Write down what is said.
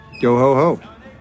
Yo-ho-ho